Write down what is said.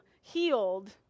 healed